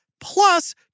plus